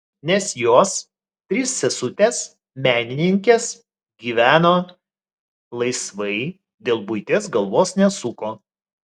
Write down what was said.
nes jos trys sesutės menininkės gyveno laisvai dėl buities galvos nesuko